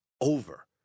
over